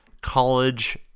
college